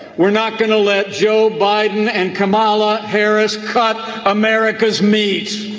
we're not going to let joe biden and kamala harris cut america's meat